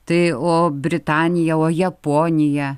tai o britanija o japonija